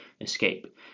escape